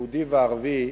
יהודי וערבי,